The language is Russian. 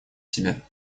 себе